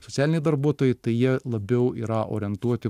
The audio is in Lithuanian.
socialiniai darbuotojai tai jie labiau yra orientuoti